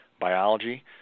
biology